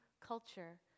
culture